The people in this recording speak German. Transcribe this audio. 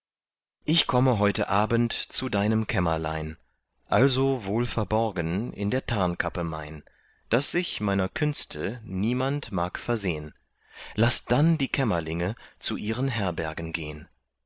ich komme heute abend zu deinem kämmerlein also wohl verborgen in der tarnkappe mein daß sich meiner künste niemand mag versehn laß dann die kämmerlinge zu ihren herbergen gehn